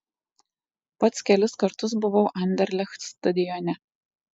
pats kelis kartus buvau anderlecht stadione